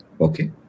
Okay